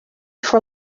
for